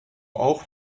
auch